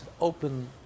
open